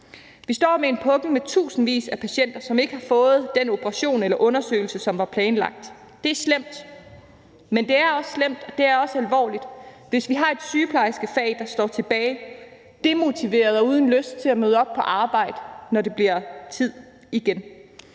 Vi står med en pukkel med tusindvis af patienter, som ikke har fået den operation eller undersøgelse, som var planlagt. Det er slemt. Men det er også slemt og det er også alvorligt, hvis vi har et sygeplejerskefag, hvor man står tilbage demotiveret og uden lyst til at møde op på arbejde, når det bliver tid igen.